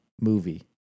movie